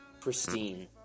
pristine